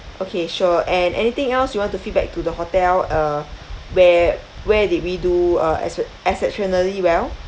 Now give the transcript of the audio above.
okay sure and anything else you want to feedback to the hotel uh where where did we do uh except~ exceptionally well